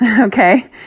okay